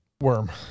Worm